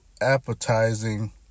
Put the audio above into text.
appetizing